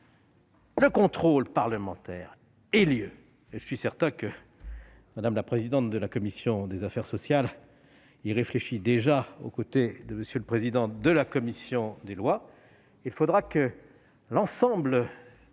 le contrôle parlementaire ait lieu.